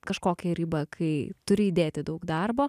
kažkokią ribą kai turi įdėti daug darbo